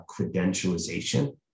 credentialization